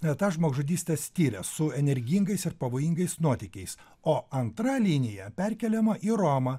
tas žmogžudystes tiria su energingais ir pavojingais nuotykiais o antra linija perkeliama į romą